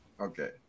Okay